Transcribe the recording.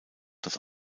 das